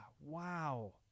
wow